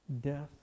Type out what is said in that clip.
death